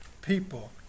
people